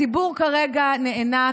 הציבור כרגע נאנק.